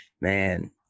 Man